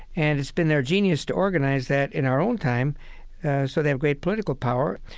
and it's been their genius to organize that in our own time so they have great political power.